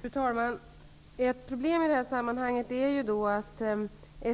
Fru talman! Det är ett problem i det här sammanhanget att